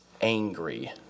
angry